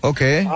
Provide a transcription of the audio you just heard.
Okay